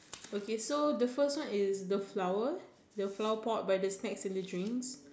okay so the first one is the flower the flower pot by the snacks and the drinks